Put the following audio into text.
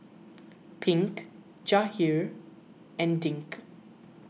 Pink Jahir and Dink